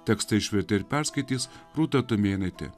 tekstą išvertė ir perskaitys rūta tumėnaitė